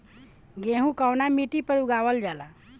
गेहूं कवना मिट्टी पर उगावल जाला?